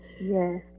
Yes